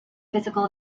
physical